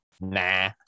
Nah